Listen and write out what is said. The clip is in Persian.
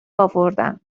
اوردم